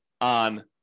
on